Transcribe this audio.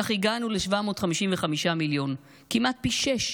כך הגענו ל-755 מיליון, כמעט פי שישה